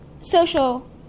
social